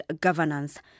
governance